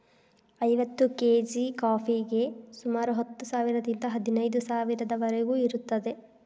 ಐವತ್ತು ಕೇಜಿ ಕಾಫಿಗೆ ಸುಮಾರು ಹತ್ತು ಸಾವಿರದಿಂದ ಹದಿನೈದು ಸಾವಿರದವರಿಗೂ ಇರುತ್ತದೆ